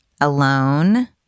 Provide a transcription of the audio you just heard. alone